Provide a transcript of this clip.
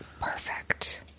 perfect